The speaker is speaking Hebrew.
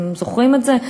אתם זוכרים את זה?